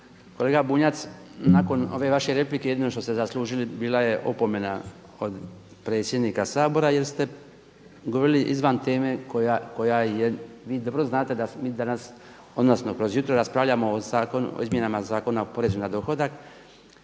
Kolega Bunjac, nakon ove vaše replike jedino što ste zaslužili bila je opomena od predsjednika Sabora jer ste govorili izvan teme koja je. Vi dobro znate da mi danas odnosno kroz jutro raspravljamo o izmjenama Zakon o porezu na dodanu